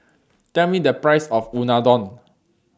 Tell Me The Price of Unadon